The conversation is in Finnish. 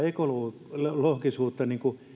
ekologisuutta